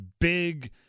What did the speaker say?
big